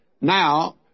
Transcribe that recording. Now